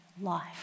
life